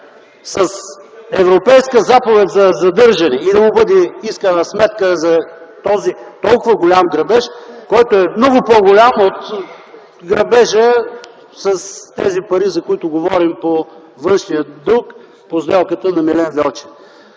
с европейска заповед за задържане и да му бъде искана сметка за този толкова голям грабеж, който е много по-голям от грабежа с тези пари, за които говорим по външния дълг по сделката на Милен Велчев.